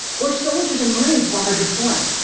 or soldiers and marines while they're deploying.